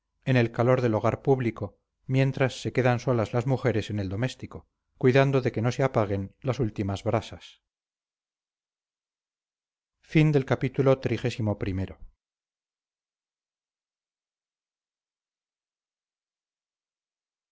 en el calor del hogar público mientras se quedan solas las mujeres en el doméstico cuidando de que no se apaguen las últimas brasas